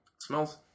smells